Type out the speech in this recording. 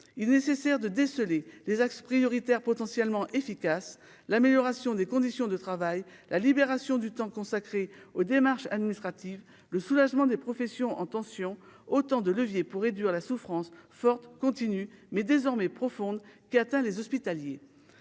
il nécessaire de déceler les axes prioritaires potentiellement efficace, l'amélioration des conditions de travail, la libération du temps consacré aux démarches administratives, le soulagement des professions en tension autant de leviers pour réduire la souffrance forte continue mais désormais profonde qui atteint les hospitaliers,